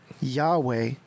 Yahweh